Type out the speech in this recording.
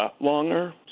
longer